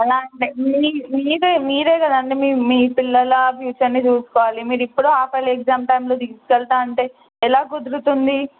అలా అంటే మీ మీదే మీరు కదండి మీ మీ పిల్లల ఫ్యూచర్ని చూసుకోవాలి మీరు ఎప్పుడు హాఫ్ ఇయర్లీ ఎగ్జామ్స్ టైంలో తీసుకు వెళ్తా అంటే ఎలా కుదురుతుంది